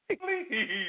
please